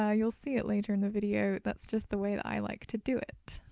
ah you'll see it later in the video that's just the way that i like to do it.